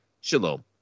Shalom